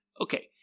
Okay